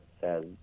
says